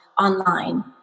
online